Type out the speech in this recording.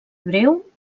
breu